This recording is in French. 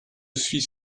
suis